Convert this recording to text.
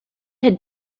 had